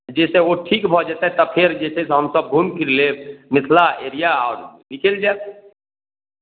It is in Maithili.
जाहिसँ ओ ठीक भऽ जयतथि तऽ फेर जे छै से हमसभ घुमि फिरि लेब मिथिला एरिया आओर निकलि जायब